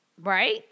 right